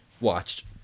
watched